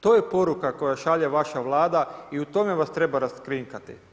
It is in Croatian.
To je poruka koju šalje vaša Vlada i u tome vas treba raskrinkati.